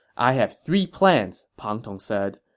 i have three plans, pang tong said,